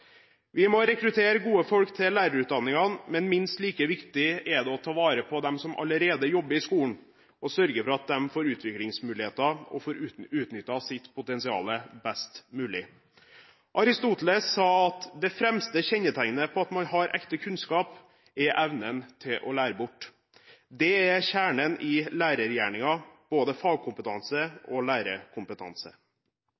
Vi må rekruttere gode folk til lærerutdanningene, men minst like viktig er det å ta vare på dem som allerede jobber i skolen, og sørge for at de får utviklingsmuligheter og får utnyttet sitt potensial best mulig. Aristoteles sa at det fremste kjennetegnet på at man har ekte kunnskap, er evnen til å lære bort. Det er kjernen i lærergjerningen, både fagkompetanse